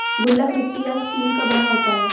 गुल्लक मिट्टी या स्टील का बना होता है